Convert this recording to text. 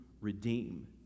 redeem